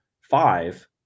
five